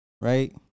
right